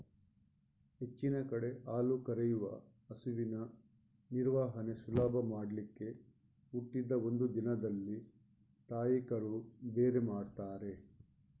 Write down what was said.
ಹೆಚ್ಚಿನ ಕಡೆ ಹಾಲು ಕರೆಯುವ ಹಸುವಿನ ನಿರ್ವಹಣೆ ಸುಲಭ ಮಾಡ್ಲಿಕ್ಕೆ ಹುಟ್ಟಿದ ಒಂದು ದಿನದಲ್ಲಿ ತಾಯಿ ಕರು ಬೇರೆ ಮಾಡ್ತಾರೆ